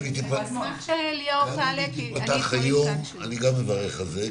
גם אם היא תיפתח היום אני אברך על זה,